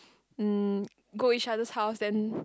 um go each other house then